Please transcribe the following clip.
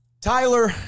Tyler